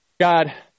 God